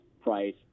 price